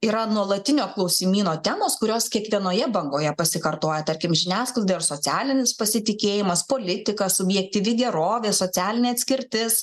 yra nuolatinio klausimyno temos kurios kiekvienoje bangoje pasikartoja tarkim žiniasklaida ir socialinis pasitikėjimas politika subjektyvi gerovė socialinė atskirtis